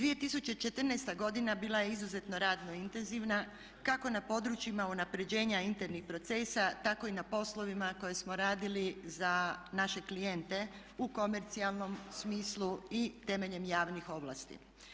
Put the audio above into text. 2014. godina bila je izuzetno radno intenzivna kako na područjima unapređenja internih procesa, tako i na poslovima koje smo radili za naše klijente u komercijalnom smislu i temeljem javnih ovlasti.